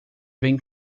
vem